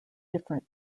different